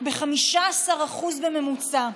ב-15% בממוצע,